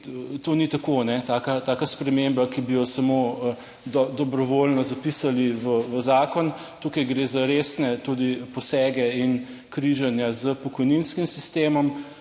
to ni tako, taka sprememba, ki bi jo samo dobrovoljno zapisali v zakon. Tukaj gre za resne tudi posege in križanja s pokojninskim sistemom,